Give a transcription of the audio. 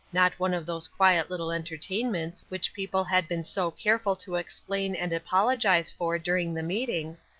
not one of those quiet little entertainments which people had been so careful to explain and apologize for during the meetings,